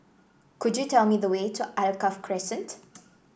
could you tell me the way to Alkaff Crescent